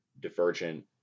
divergent